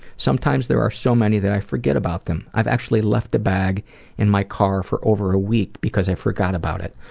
sometimes there are so many that i forget about them. i've actually left a bag in my car for over a week because i forgot about it.